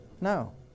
No